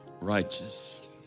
righteous